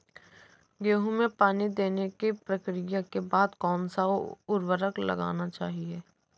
गेहूँ में पानी देने की प्रक्रिया के बाद कौन सा उर्वरक लगाना चाहिए?